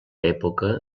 època